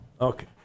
okay